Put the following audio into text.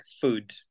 food